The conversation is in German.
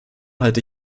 halte